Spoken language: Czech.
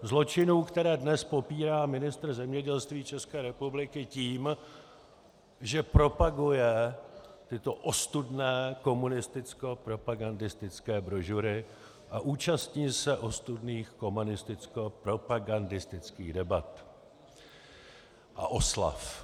Zločinů, které dnes popírá ministr zemědělství ČR tím, že propaguje tyto ostudné komunistickopropagandistické brožury a účastní se ostudných komunistickopropagandistických debat a oslav.